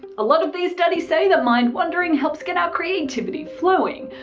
a lot of these studies say that mind wandering helps get our creativity flowing.